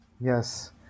Yes